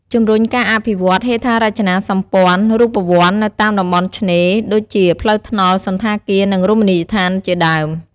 ជំរុញការអភិវឌ្ឍន៍ហេដ្ឋារចនាសម្ព័ន្ធរូបវន្តនៅតាមតំបន់ឆ្នេរ ដូចជាផ្លូវថ្នល់ សណ្ឋាគារ និងរមណីយដ្ឋានជាដើម។